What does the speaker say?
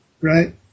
right